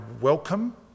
welcome